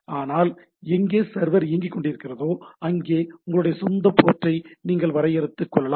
ஆனால் எங்கே சர்வர் இயங்கிக் கொண்டிருக்கிறதோ அங்கே உங்களுடைய சொந்த போர்டை நீங்களே வரையறுத்துக் கொள்ளலாம்